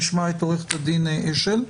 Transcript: נשמע את עו"ד אשל.